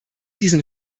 diesen